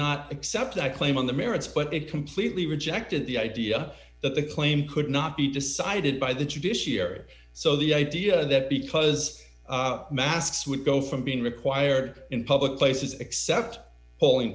not accept that claim on the merits but it completely rejected the idea that the claim could not be decided by the judiciary so the idea that because masks would go from being required in public places except polling